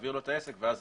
להעביר לו את העסק ואז